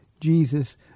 Jesus